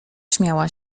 śmiała